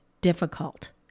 difficult